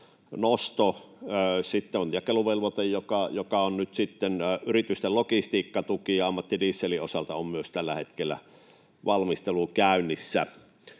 nosto, sitten on jakeluvelvoite, joka on nyt sitten yritysten logistiikkatuki, ja ammattidieselin osalta on myös tällä hetkellä valmistelu käynnissä.